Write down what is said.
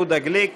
יהודה גליק,